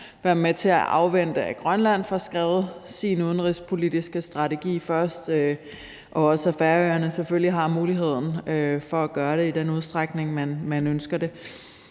være med til at afvente, at Grønland får skrevet sin udenrigspolitiske strategi først, og også at Færøerne selvfølgelig får muligheden for at gøre det i den udstrækning, de ønsker det,